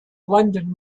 london